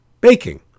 baking